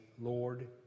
Lord